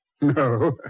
no